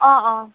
অঁ অঁ